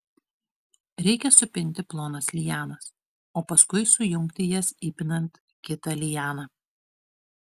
reikia supinti plonas lianas o paskui sujungti jas įpinant kitą lianą